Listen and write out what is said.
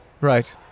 Right